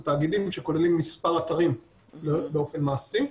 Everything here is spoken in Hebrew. תאגידים שכוללים מספר אתרים באופן מעשי.